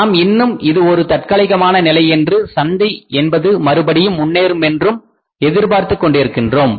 நாம் இன்னும் இது ஒரு தற்காலிகமான நிலை மற்றும் சந்தை என்பது மறுபடியும் முன்னேறும் என்று எதிர்பார்த்துக் கொண்டிருக்கின்றோம்